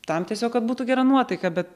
tam tiesiog kad būtų gera nuotaika bet